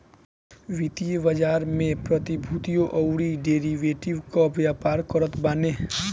वित्तीय बाजार में प्रतिभूतियों अउरी डेरिवेटिव कअ व्यापार करत बाने